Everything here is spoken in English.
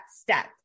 step